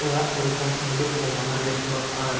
ᱚᱲᱟᱜ ᱠᱚᱨᱮ ᱠᱷᱚᱱ ᱩᱰᱩᱠ ᱠᱚ ᱢᱟᱱᱟᱞᱮᱫ ᱠᱚᱣᱟ